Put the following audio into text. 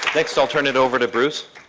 next i'll turn it over to bruce.